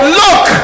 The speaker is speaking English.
look